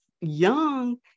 young